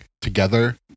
together